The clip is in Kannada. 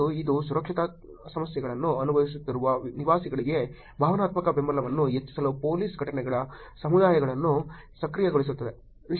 ಮತ್ತು ಇದು ಸುರಕ್ಷತಾ ಸಮಸ್ಯೆಗಳನ್ನು ಅನುಭವಿಸುತ್ತಿರುವ ನಿವಾಸಿಗಳಿಗೆ ಭಾವನಾತ್ಮಕ ಬೆಂಬಲವನ್ನು ಹೆಚ್ಚಿಸಲು ಪೊಲೀಸ್ ಘಟನೆಗಳ ಸಮುದಾಯವನ್ನು ಸಕ್ರಿಯಗೊಳಿಸುತ್ತದೆ